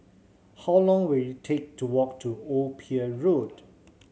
how long will it take to walk to Old Pier Road